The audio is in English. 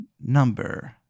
number